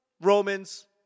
Romans